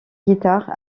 guitare